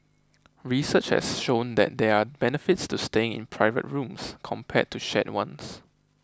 research has shown that there are benefits to staying in private rooms compared to shared ones